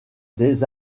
des